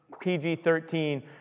PG-13